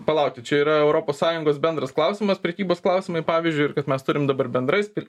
palaukit čia yra europos sąjungos bendras klausimas prekybos klausimai pavyzdžiui ir kad mes turim dabar bendrai